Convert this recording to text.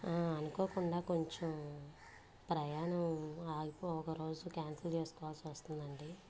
అనుకోకుండా కొంచెం ప్రయాణం ఆగిపో ఒక రోజు క్యాన్సిల్ చేసుకోవాల్సి వస్తుందండి